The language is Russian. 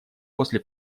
после